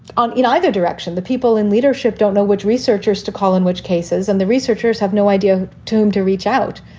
on in either direction. the people in leadership don't know which researchers to call in which cases, and the researchers have no idea to whom to reach out.